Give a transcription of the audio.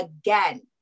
again